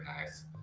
nice